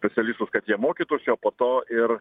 specialistus kad jie mokytųsi o po to ir